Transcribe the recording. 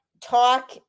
talk